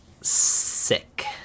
sick